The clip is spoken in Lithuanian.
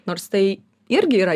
nors tai irgi yra